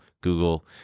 Google